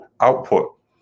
output